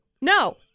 No